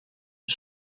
een